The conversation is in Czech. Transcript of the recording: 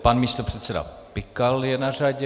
Pan místopředseda Pikal je na řadě.